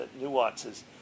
nuances